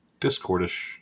Discordish